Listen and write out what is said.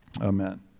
amen